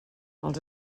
els